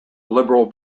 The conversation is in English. liberal